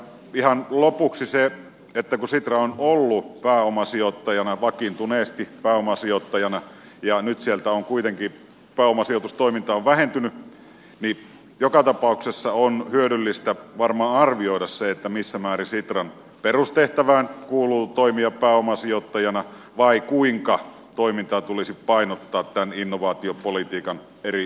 ihan lopuksi se että kun sitra on ollut vakiintuneesti pääomasijoittajana ja nyt sieltä on kuitenkin pääomasijoitustoiminta vähentynyt niin joka tapauksessa on hyödyllistä varmaan arvioida se missä määrin sitran perustehtävään kuuluu toimia pääomasijoittajana tai kuinka toimintaa tulisi painottaa tämän innovaatiopolitiikan eri osa alueille